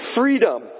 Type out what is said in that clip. Freedom